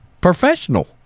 professional